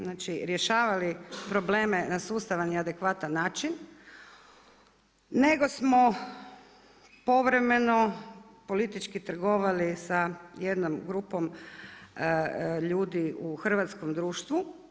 Znači rješavali probleme na sustavan i adekvatan način, nego smo povremeno, politički trgovali sa jednom grupom ljudi u hrvatskom društvu.